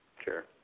Sure